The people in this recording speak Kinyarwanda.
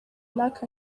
black